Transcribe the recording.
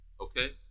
Okay